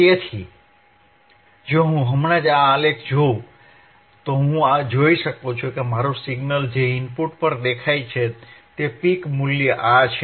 તેથી જો હું હમણાં જ આ આલેખ જોઉં તો હું જોઈ શકું છું કે મારુ સિગ્નલ જે ઇનપુટ પર દેખાય છે તે પીક મૂલ્ય આ છે